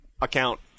account